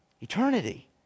Eternity